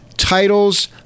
titles